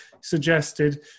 suggested